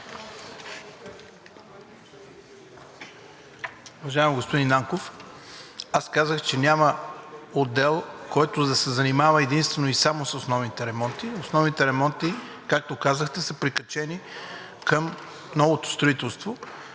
Уважаеми господин Нанков, аз казах, че няма отдел, който да се занимава единствено и само с основните ремонти. Както казахте, основните ремонти са прикачени към новото строителство.